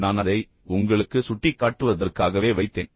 நான் அதை உங்களுக்குச் சுட்டிக்காட்டுவதற்காகவே வைத்தேன்